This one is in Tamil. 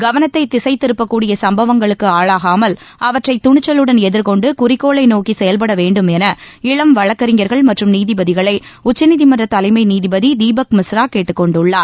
கவனத்தை திசை திருப்பக் கூடிய சம்பவங்களுக்கு ஆளாகாமல் அவற்றை துணிச்சலுடன் எதிர்கொண்டு குறிக்கோளை நோக்கி செயல்பட வேண்டும் என இளம் வழக்கறிஞர்கள் மற்றும் நீதிபதிகளை உச்சநீதிமன்றத் தலைமை நீதிபதி தீபக் மிஸ்ரா கேட்டுக் கொண்டுள்ளார்